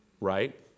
Right